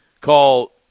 call